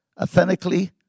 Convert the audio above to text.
authentically